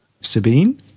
Sabine